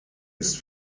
ist